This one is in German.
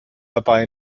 dabei